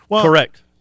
Correct